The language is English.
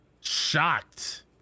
shocked